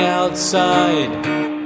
outside